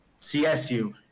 csu